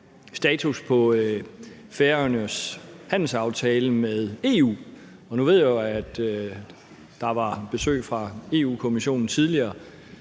status på Færøernes handelsaftale med EU. Nu ved jeg jo, at der var besøg fra Europa-Kommissionen tidligere,